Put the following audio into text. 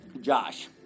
Josh